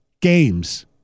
games